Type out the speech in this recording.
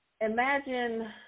Imagine